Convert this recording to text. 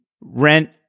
rent